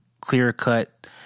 clear-cut